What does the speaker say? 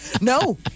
No